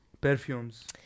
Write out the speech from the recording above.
perfumes